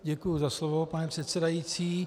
Děkuji za slovo, pane předsedající.